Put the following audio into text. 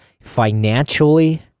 financially